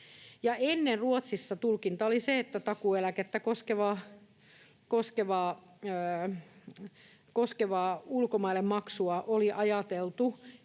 Ennen Ruotsissa tulkinta oli se, että takuueläkettä koskevaa ulkomaille maksua oli ajateltu